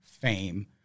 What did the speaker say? Fame